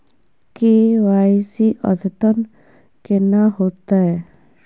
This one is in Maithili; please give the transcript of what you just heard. के.वाई.सी अद्यतन केना होतै?